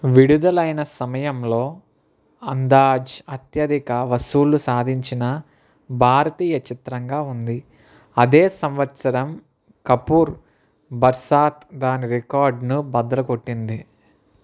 విడుదలైన సమయంలో అందాజ్ అత్యధిక వసూళ్లు సాధించిన భారతీయ చిత్రంగా ఉంది అదే సంవత్సరం కపూర్ బర్సాత్ దాని రికార్డును బద్దలు కొట్టింది